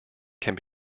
can